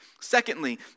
Secondly